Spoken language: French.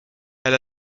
elle